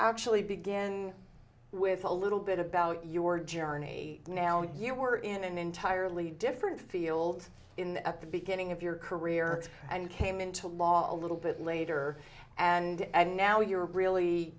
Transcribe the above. actually begin with a little bit about your journey now you were in an entirely different field in at the beginning of your career and came into law a little bit later and now you're really